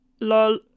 lol